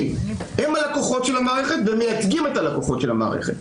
כי ממילא זה יופיע במצע הבחירות.